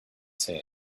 say